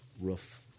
roof